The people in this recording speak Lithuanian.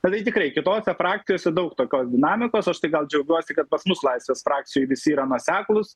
politikai kitose frakcijose daug tokios dinamikos aš tai gal džiaugiuosi kad pas mus laisvės frakcijoj visi yra nuoseklūs